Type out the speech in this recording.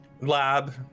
Lab